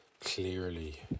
clearly